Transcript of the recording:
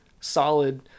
solid